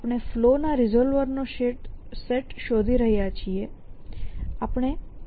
આપણે ફ્લૉ ના રિસોલ્વર નો સેટ શોધી રહ્યા છીએ